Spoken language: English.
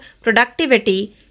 productivity